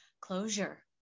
closure